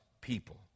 people